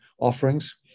offerings